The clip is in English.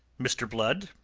mr. blood,